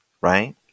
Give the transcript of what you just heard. right